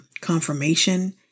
confirmation